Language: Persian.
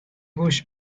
گوش